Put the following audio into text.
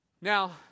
Now